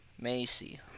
Macy